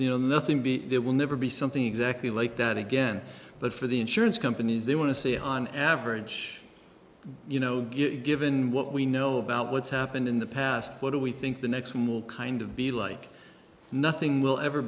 the nothing be there will never be something exactly like that again but for the insurance companies they want to see on average you know given what we know about what's happened in the past what do we think the next from will kind of be like nothing will ever